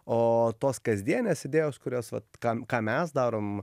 o tos kasdienės idėjos kurias vat ką ką mes darom